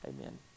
Amen